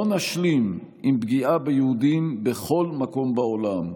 לא נשלים עם פגיעה ביהודים בכל מקום בעולם,